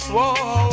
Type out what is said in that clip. Whoa